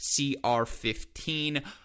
CR15